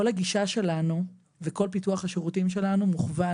כל הגישה שלנו וכל פיתוח השירותים שלנו,